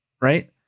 right